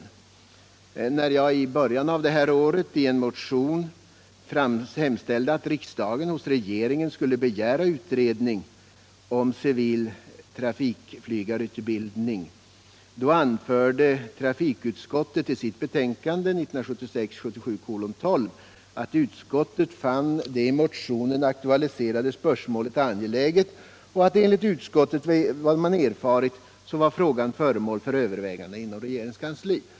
I en motion som väcktes i början av förra året hemställde jag att riksdagen hos regeringen skulle begära en utredning om civil trafikflygarutbildning. Trafikutskottet anförde i sitt betänkande 1976/77:12 att utskottet fann det i motionen aktualiserade spörsmålet angeläget och att frågan enligt vad utskottet erfarit var föremål för överväganden inom regeringens kansli.